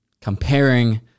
comparing